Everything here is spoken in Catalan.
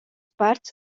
parts